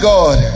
God